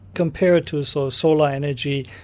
compare it to so solar energy,